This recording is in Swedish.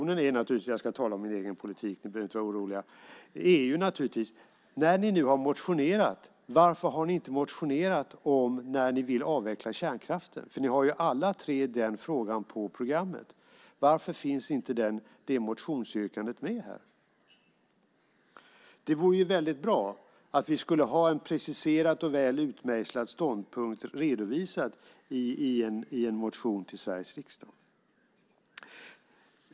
Ni behöver inte vara oroliga, men den första frågan till oppositionen är naturligtvis: När ni nu har motionerat, varför har ni inte motionerat om när ni vill avveckla kärnkraften? Ni har ju alla tre den frågan på programmet. Varför finns inte det motionsyrkandet med här? Det vore bra att ha en preciserad och väl utmejslad ståndpunkt redovisad i en motion till Sveriges riksdag.